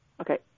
Okay